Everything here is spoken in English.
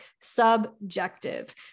subjective